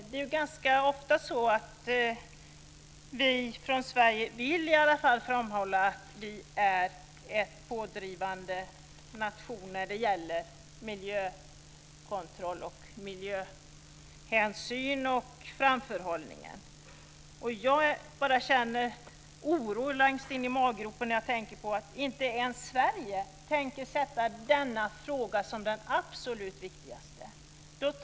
Det är ju ganska ofta så att vi i Sverige i alla fall vill framhålla att vi är en pådrivande nation när det gäller miljökontroll, miljöhänsyn och framförhållning. Jag känner oro i maggropen när jag tänker på att inte ens Sverige tänker sätta den frågan som den absolut viktigaste.